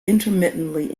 intermittently